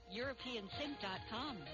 europeansync.com